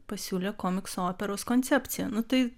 pasiūlė komiksų operos koncepciją nu tai